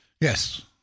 Yes